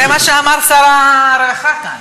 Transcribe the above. זה מה שאמר שר הרווחה כאן.